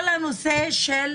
כל הנושא של